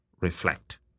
Reflect